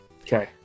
Okay